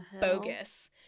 bogus